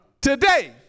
Today